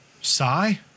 sigh